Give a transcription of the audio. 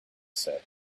said